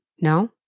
No